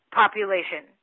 population